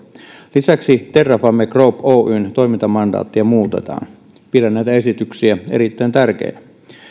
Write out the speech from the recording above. lisäksi terrafame group oyn toimintamandaattia muutetaan pidän näitä esityksiä erittäin tärkeinä